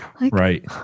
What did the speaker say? right